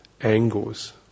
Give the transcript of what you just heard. angles